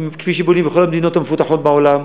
כפי שבונים בכל המדינות המפותחות בעולם.